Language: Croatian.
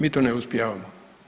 Mi to ne uspijevamo.